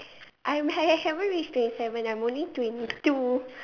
I'm I I haven't reach twenty seven I'm only twenty two